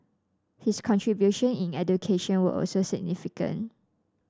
his contribution in education were also significant